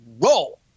roll